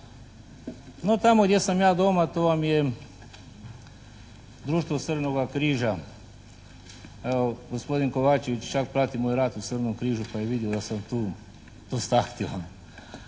tamo gdje sam ja doma to vam je društvo Crvenoga križa. Evo gospodin Kovačević čak prati moj rad u Crvenom križu pa je vidio da sam tu to …